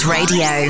Radio